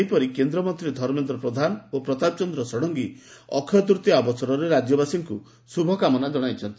ସେହିପରି କେନ୍ଦ୍ରମନ୍ତୀ ଧର୍ମେନ୍ଦ ପ୍ରଧାନ ଏବଂ ପ୍ରତାପ ଷଡଙଗୀ ଅକ୍ଷୟତୂତୀୟା ଅବସରେ ରାଜ୍ୟବାସୀଙ୍କୁ ଶୁଭକାମନା ଜଣାଇଛନ୍ତି